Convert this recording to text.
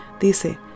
Dice